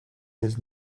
his